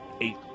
eight